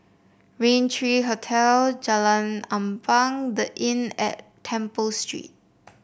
Rain three Hotel Jalan Ampang The Inn at Temple Street